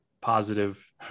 positive